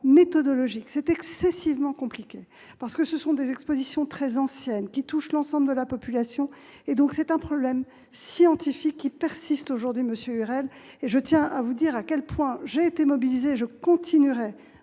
méthodologique, c'est excessivement compliqué, car il s'agit d'expositions très anciennes qui touchent l'ensemble de la population. Aussi, c'est un problème scientifique qui persiste aujourd'hui, monsieur Lurel. Sachez à quel point j'ai été mobilisée et je continue